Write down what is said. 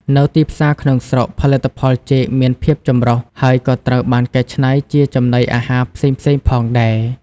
នៅទីផ្សារក្នុងស្រុក ផលិតផលចេកមានភាពចម្រុះ ហើយក៏ត្រូវបានកែច្នៃជាចំណីអាហារផ្សេងៗផងដែរ។